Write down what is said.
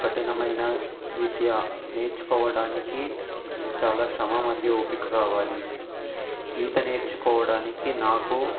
కఠినమైన విద్య నేర్చుకోవడానికి చాలా శ్రమ మరియు ఓపిక కావాలి ఈత నేర్చుకోవడానికి నాకు